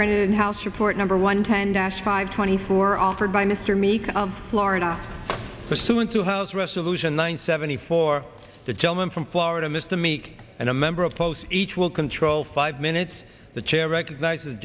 printed house report number one ten dash five twenty four offered by mr meek of florida pursuant to house resolution one seventy four the gentleman from florida mr meek and a member of close each will control five minutes the chair recognizes